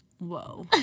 Whoa